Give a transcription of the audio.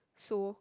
so